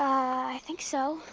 i think so.